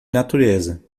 natureza